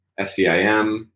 SCIM